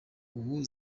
ubu